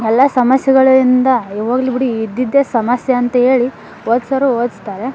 ಎಲ್ಲ ಸಮಸ್ಯೆಗಳಿಂದ ಏಯ್ ಹೋಗ್ಲಿ ಬಿಡಿ ಇದ್ದಿದ್ದೇ ಸಮಸ್ಯೆ ಅಂತ ಹೇಳಿ ಓದಿಸೋರು ಓದಿಸ್ತಾರೆ